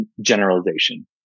generalization